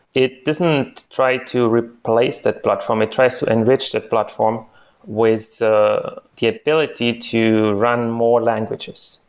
it doesn't try to replace that platform. it tries to enrich that platform with the ability to run more languages,